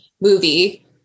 movie